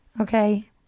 Okay